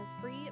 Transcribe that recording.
free